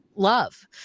love